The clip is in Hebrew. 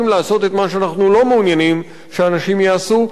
למה שאנחנו לא מעוניינים שאנשים יעשו,